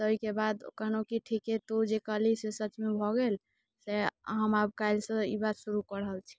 तेहिके बाद कहलहुँ ठीके तू जे कहली से सचमे भऽ गेल तैँ हम आब काल्हि से ई बात शुरू कऽ रहल छी